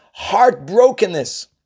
heartbrokenness